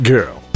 Girl